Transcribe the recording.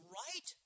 right